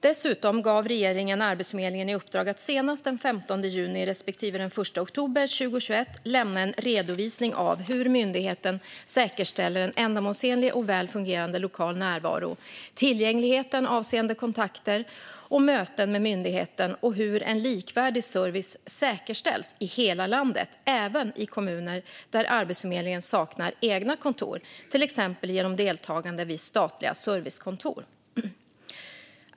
Dessutom gav regeringen Arbetsförmedlingen i uppdrag att senast den 15 juni respektive den 1 oktober 2021 lämna en redovisning av hur myndigheten säkerställer en ändamålsenlig och väl fungerande lokal närvaro, tillgängligheten avseende kontakter och möten med myndigheten och hur en likvärdig service säkerställs i hela landet, även i kommuner där Arbetsförmedlingen saknar egna kontor, till exempel genom deltagande vid statliga servicekontor.